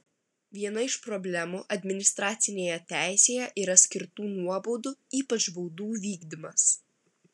viena iš problemų administracinėje teisėje yra skirtų nuobaudų ypač baudų vykdymas